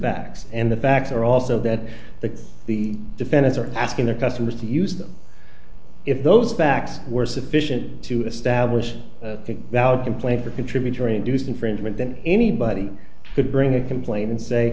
backs and the backs are also that the the defendants are asking their customers to use them if those facts were sufficient to establish a valid complaint or contributory induced infringement that anybody could bring a complaint and say